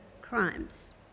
crimes